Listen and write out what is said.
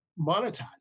monetize